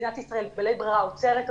ומדינת ישראל בלית ברירה עוצרת אותו.